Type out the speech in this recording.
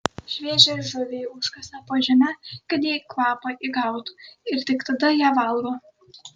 šviežią žuvį užkasa po žeme kad ji kvapą įgautų ir tik tada ją valgo